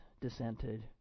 dissented